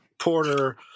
Porter